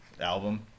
album